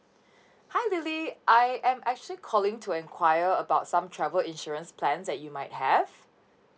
hi lily I am actually calling to enquire about some travel insurance plans that you might have